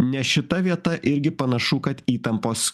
nes šita vieta irgi panašu kad įtampos